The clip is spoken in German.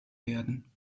werden